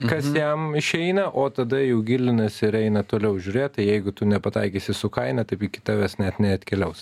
kas jam išeina o tada jau gilinasi ir eina toliau žiūrėt tai jeigu tu nepataikysi su kaina taip iki tavęs net neatkeliaus